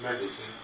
medicine